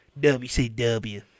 WCW